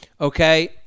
Okay